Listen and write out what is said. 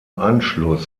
anschluss